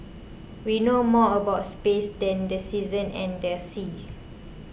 we know more about space than the seasons and the seas